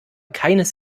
keines